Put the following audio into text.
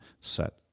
set